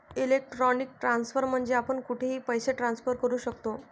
electronic transfer म्हणजे आपण कुठेही पैसे ट्रान्सफर करू शकतो